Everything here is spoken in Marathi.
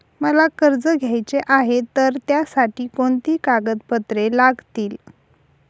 मला कर्ज घ्यायचे आहे तर त्यासाठी कोणती कागदपत्रे लागतील?